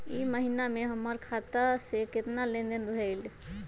ई महीना में हमर खाता से केतना लेनदेन भेलइ?